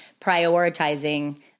prioritizing